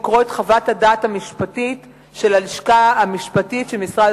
לקרוא את חוות הדעת המשפטית של הלשכה המשפטית של משרד